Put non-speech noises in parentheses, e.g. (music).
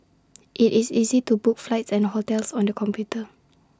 (noise) IT is easy to book flights and hotels on the computer